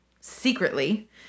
secretly